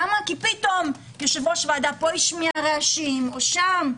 כי פתאום יושב-ראש ועדה פה השמיע רעשים או שם.